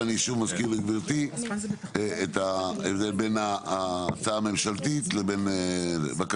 ואני שוב מזכיר לגבירתי את ההבדל בין ההצעה הממשלתית לבין זה.